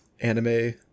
anime